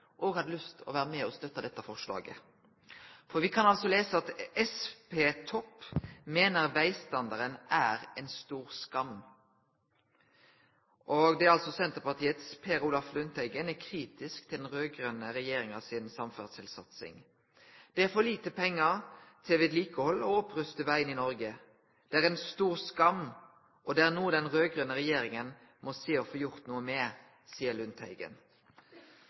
òg hadde lyst til å vere med og støtte dette forslaget. For vi kan altså lese at «SP-topp mener veistandarden er en stor skam», og at «Senterpartiets Per Olaf Lundteigen er kritisk til den rødgrønne regjeringens samferdselssatsing». «Det er for lite penger til å vedlikeholde og oppruste veiene i Norge. Det er en stor skam og det er noe den rødgrønne regjeringen må se å få gjort noe med, sier Lundteigen.»